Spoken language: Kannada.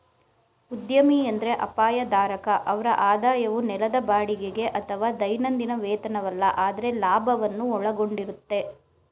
ಉದ್ಯಮಿ ಎಂದ್ರೆ ಅಪಾಯ ಧಾರಕ ಅವ್ರ ಆದಾಯವು ನೆಲದ ಬಾಡಿಗೆಗೆ ಅಥವಾ ದೈನಂದಿನ ವೇತನವಲ್ಲ ಆದ್ರೆ ಲಾಭವನ್ನು ಒಳಗೊಂಡಿರುತ್ತೆ